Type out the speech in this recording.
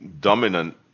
dominant